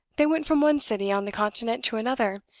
they went from one city on the continent to another,